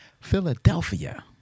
Philadelphia